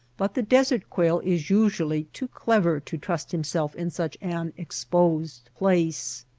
but the desert-quail is usually too clever to trust himself in such an exposed place.